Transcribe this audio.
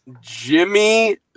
Jimmy